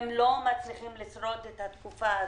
הם לא מצליחים לשרוד את התקופה הזאת.